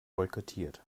boykottiert